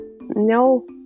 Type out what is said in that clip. No